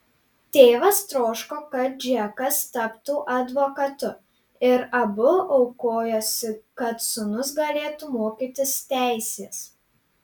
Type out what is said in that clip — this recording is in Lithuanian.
tėvas troško kad džekas taptų advokatu ir abu aukojosi kad sūnus galėtų mokytis teisės